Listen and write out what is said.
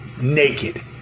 naked